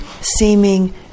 seeming